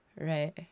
Right